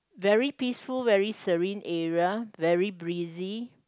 very peaceful very serene area very breezy